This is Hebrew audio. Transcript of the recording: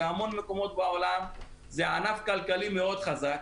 בהמון מקומות בעולם זה ענף כלכלי מאוד חזק.